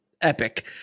epic